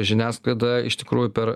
žiniasklaida iš tikrųjų per